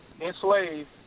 enslaved